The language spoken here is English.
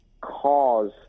cause